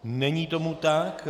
Není tomu tak.